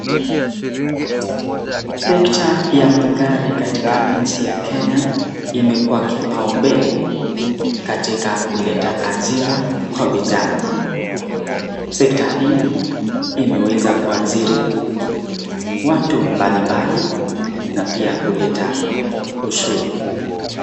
[Sector] ya magari katika nchi ya Kenya imekua kipa umbele katika kuleta ajira kwa vijana. [Sector] hii imeweza kuajiri watu mbali mbali na pia kuleta ushuru.